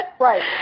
Right